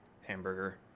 Hamburger